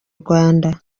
rwanda